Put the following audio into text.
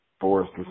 forest